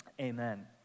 Amen